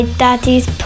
daddy's